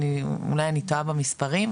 אולי אני טועה במספרים,